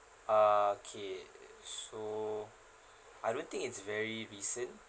uh okay so I don't think it's very recent